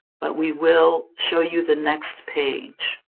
but we will show you the next page.